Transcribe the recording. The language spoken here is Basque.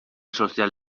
sozial